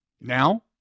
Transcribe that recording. Now